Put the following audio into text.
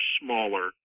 smaller